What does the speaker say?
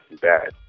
bad